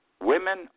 women